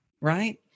right